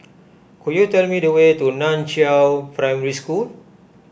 could you tell me the way to Nan Chiau Primary School